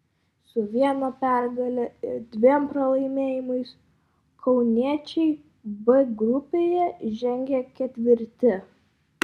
su viena pergale ir dviem pralaimėjimais kauniečiai b grupėje žengia ketvirti